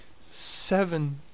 Seven